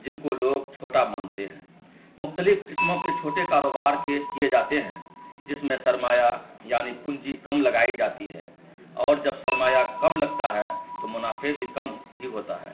جن کو لوگ چھوٹا مانتے ہیں مختلف قسموں کے چھوٹے کاروبار کے کیے جاتے ہیں جس میں سرمایہ یعنی پنجی کم لگائی جاتی ہے اور جب سرمایہ کم لگتا ہے تو منافع بھی کم ہی ہوتا ہے